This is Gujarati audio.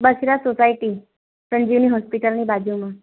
બસરા સોસાયટી સંજીવની હોસ્પિટલની બાજુમાં